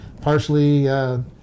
partially